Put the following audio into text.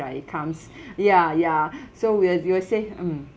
right it comes ya ya so we'll we'll say mm